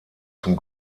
zum